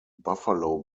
buffalo